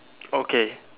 okay